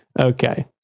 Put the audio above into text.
Okay